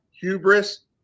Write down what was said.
Hubris